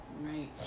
Right